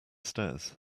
stairs